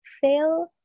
fail